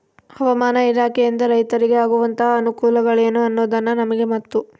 ಹವಾಮಾನ ಇಲಾಖೆಯಿಂದ ರೈತರಿಗೆ ಆಗುವಂತಹ ಅನುಕೂಲಗಳೇನು ಅನ್ನೋದನ್ನ ನಮಗೆ ಮತ್ತು?